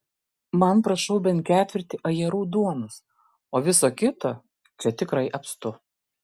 man prašau bent ketvirtį ajerų duonos o viso kito čia tikrai apstu